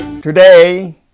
Today